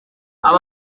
aba